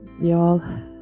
y'all